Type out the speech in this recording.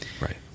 Right